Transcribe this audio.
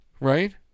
Right